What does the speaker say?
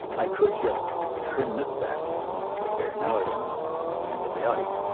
i could just trim this back in and say, there, now it ends at the end of the audio.